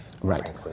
Right